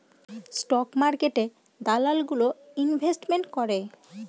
stock মার্কেটে দালাল গুলো ইনভেস্টমেন্ট করে